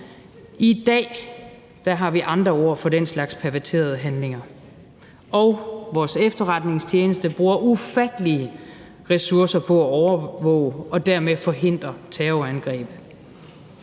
I dag har vi andre ord for den slags perverterede handlinger. Og vores efterretningstjeneste bruger ufattelige ressourcer på at overvåge og dermed forhindre terrorangreb.